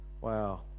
Wow